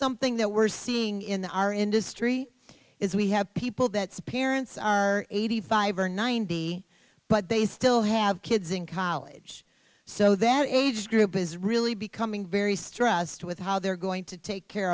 something that we're seeing in the our industry is we have people that's parents are eighty five or ninety but they still have kids in college so that age group is really becoming very stressed with how they're going to take care